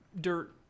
dirt